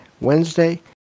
Wednesday